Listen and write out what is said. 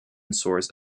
source